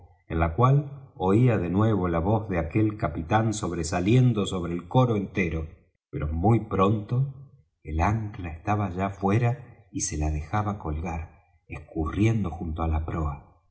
en la cual oía de nuevo la voz de aquel capitán sobresaliendo sobre el coro entero pero muy pronto el ancla estaba ya fuera y se la dejaba colgar escurriendo junto á la